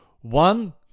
one